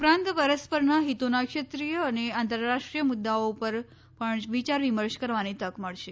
ઉપરાંત પરસ્પરના હિતોના ક્ષેત્રીય અને આંતરરાષ્ટ્રીય મુદ્દાઓ ઉપર પણ વિચાર વિમર્શ કરવાની તક મળશે